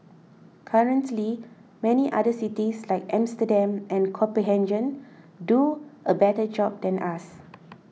currently many other cities like Amsterdam and Copenhagen do a better job than us